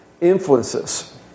influences